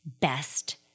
best